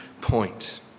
point